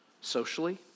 socially